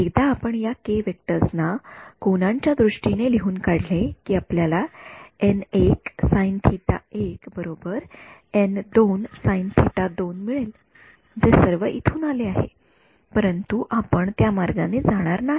एकदा आपण या के व्हेक्टर्स ना कोनांच्या दृष्टीने लिहून काढले की आपल्याला n १ sine theta १ n २ sine theta २ मिळेल जे सर्व इथून आले आहे परंतु आपण त्या मार्गाने जाणार नाही